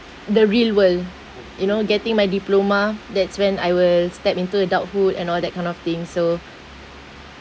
the real world you know getting my diploma that's when I will step into adulthood and all that kind of thing so